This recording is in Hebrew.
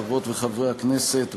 חברות וחברי הכנסת,